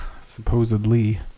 Supposedly